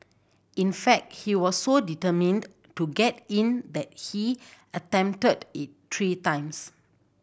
in fact he was so determined to get in that he attempted it three times